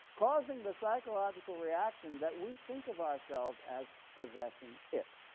causing the psychological reaction that we think of ourselves as possessing it.